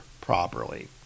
properly